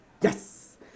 Yes